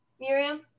Miriam